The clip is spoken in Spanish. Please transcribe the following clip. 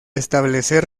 establecer